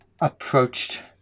approached